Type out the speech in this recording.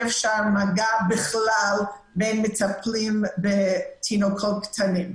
אפשר מגע בכלל בין מטפלים לתינוקות קטנים.